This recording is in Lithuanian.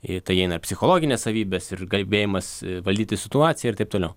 į tai įeina psichologinės savybes ir gebėjimas valdyti situaciją ir taip toliau